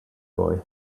boy